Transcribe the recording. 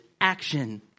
action